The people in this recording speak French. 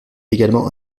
également